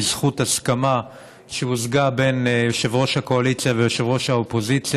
בזכות הסכמה שהושגה בין יושב-ראש הקואליציה ליושב-ראש האופוזיציה,